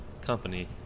company